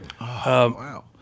Wow